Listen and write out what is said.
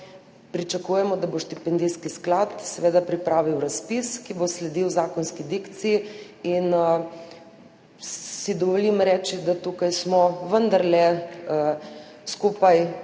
Pričakujemo, da bo štipendijski sklad pripravil razpis, ki bo sledil zakonski dikciji. Dovolim si reči, da smo tukaj vendarle skupaj